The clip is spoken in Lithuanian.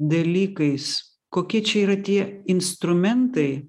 dalykais kokie čia yra tie instrumentai